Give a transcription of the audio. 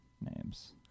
names